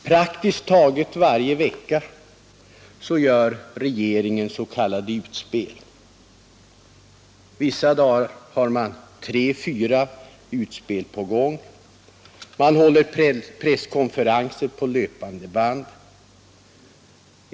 Praktiskt taget varje vecka gör regeringen s.k. politiska utspel. Vissa dagar har man tre fyra utspel på gång, och man håller presskonferenser på löpande band.